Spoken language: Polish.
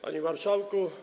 Panie Marszałku!